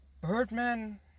Birdman